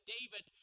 David